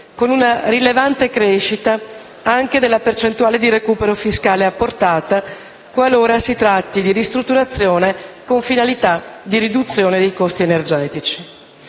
con una rilevante crescita anche della percentuale di recupero fiscale apportata, qualora si tratti di ristrutturazione con finalità di riduzione dei costi energetici.